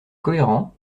cohérent